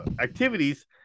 activities